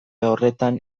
horretan